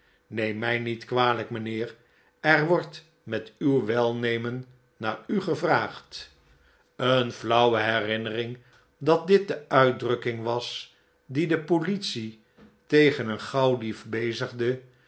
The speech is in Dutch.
neem mij niet kwalijk mijnheer er wordt met uw welnemen naar u gevraagd eene flauwe herinnering dat dit de uitdrukking was die de politie tegen een gauwdief bezigde